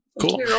Cool